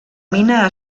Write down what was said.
mina